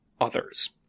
others